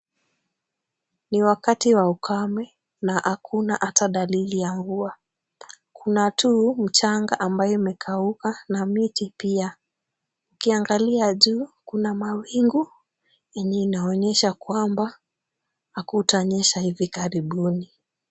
Ni wakati wa ukame na hakuna ata dalili ya mvua. Kuna tu mchanga ambayo imekauka na miti pia. Ukiangalia juu, kuna mawingu yenye inaonyesha kwamba hakutanyesa hivi karibuni.